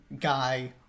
guy